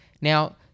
Now